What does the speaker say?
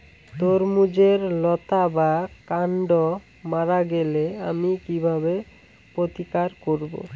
তরমুজের লতা বা কান্ড মারা গেলে আমি কীভাবে প্রতিকার করব?